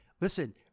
Listen